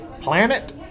Planet